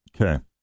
Okay